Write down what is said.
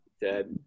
Dead